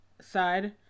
Side